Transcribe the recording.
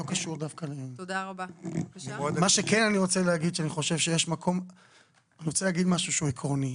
אני רוצה לומר משהו שהוא עקרוני.